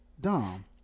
Dom